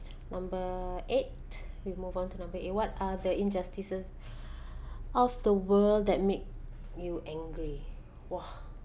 number eight we move on to number eight what are the injustices of the world that make you angry !wah!